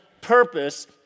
purpose